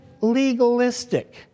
legalistic